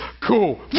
cool